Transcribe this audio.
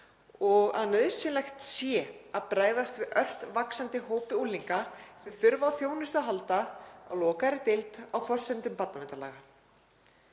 og að nauðsynlegt sé að bregðast við ört vaxandi hópi unglinga sem þurfa á þjónustu að halda á lokaðri deild á forsendum barnaverndarlaga.